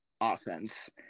offense